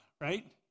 right